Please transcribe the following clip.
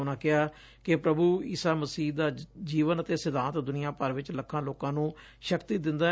ਉਨੂਾ ਕਿਹਾ ਕਿ ਪ੍ਰਭੂ ਈਸ ਮਸੀਹ ਦਾ ਜੀਵਨ ਅਤੇ ਸਿਧਾਂਤ ਦੁਨੀਆਂ ਭਰ ਵਿਚ ਲੱਖਾਂ ਲੋਕਾਂ ਨੂੰ ਸ਼ਕਤੀ ਦਿੰਦੈ